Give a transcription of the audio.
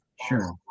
Sure